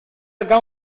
acá